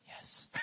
yes